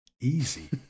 Easy